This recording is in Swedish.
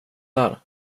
där